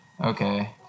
Okay